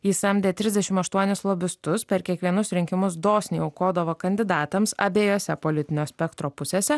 ji samdė trisdešim aštuonis lobistus per kiekvienus rinkimus dosniai aukodavo kandidatams abiejose politinio spektro pusėse